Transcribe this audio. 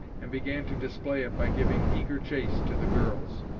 and began to display it by giving eager chase to the girls.